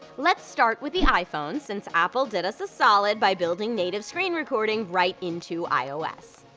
let's start with the iphone since apple did us a solid by building native screen recording right into ios.